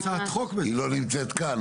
היא לא נמצאת כאן